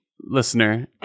listener